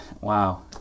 wow